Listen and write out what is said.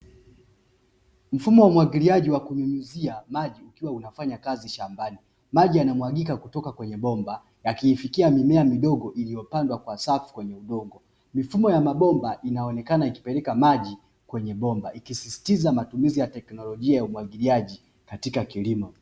Mfumuo mwagiliaji wa kunyunyuzia maji ukiwa unafanya kazi shambani. Maji yanamwagika kutoka kwenye bomba yakiyifikia mimea midogo iliyopandwa kwa safu kwenye udongo. Mifumo ya mabomba inaonekana ikipeleka maji kutoka mabomba ikiyapelekea kwenye udongo, ijjkisisitiza matumizi ya teknolojia ya umwagiliaji katika kilimo.k